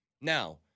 Now